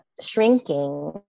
shrinking